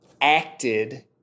acted